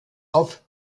auf